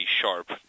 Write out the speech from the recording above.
sharp